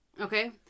Okay